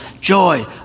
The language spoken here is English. joy